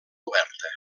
oberta